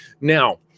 Now